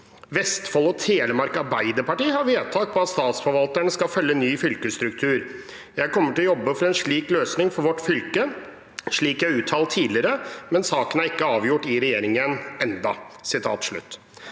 «Vestfold og Telemark Ap har vedtak på at statsforvalteren skal følge ny fylkesstruktur. Jeg kommer til å jobbe for en slik løsning for vårt fylke, slik jeg har uttalt tidligere. Men saken er ikke avgjort i regjeringen ennå.»